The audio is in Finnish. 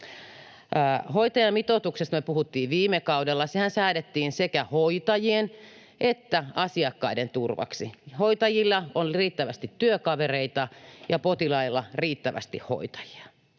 Hoitajamitoituksesta me puhuttiin viime kaudella. Sehän säädettiin sekä hoitajien että asiakkaiden turvaksi: hoitajilla on riittävästi työkavereita ja potilailla riittävästi hoitajia